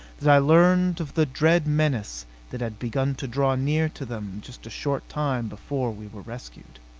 that i learned of the dread menace that had begun to draw near to them just a short time before we were rescued.